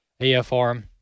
AFR